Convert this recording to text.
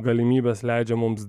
galimybės leidžia mums